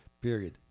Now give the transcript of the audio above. period